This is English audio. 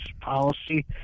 policy